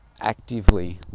actively